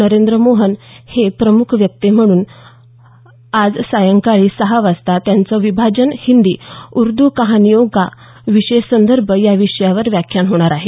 नरेंद्र मोहन हे प्रमुख वक्ते असून आज सायंकाळी सहा वाजता त्यांचं विभाजन हिंदी उर्द् कहानियोंका विशेष संदर्भ या विषयावर व्याख्यान होणार आहे